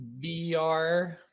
VR